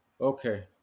Okay